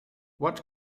what